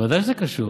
ודאי זה קשור,